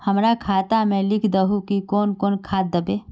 हमरा खाता में लिख दहु की कौन कौन खाद दबे?